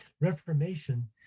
Reformation